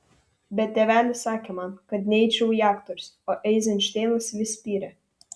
bet tėvelis sakė man kad neičiau į aktorius o eizenšteinas vis spyrė